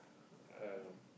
um